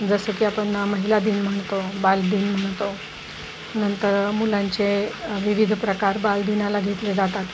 जसं की आपण महिला दिन म्हणतो बालदिन म्हणतो नंतर मुलांचे विविध प्रकार बालदिनाला घेतले जातात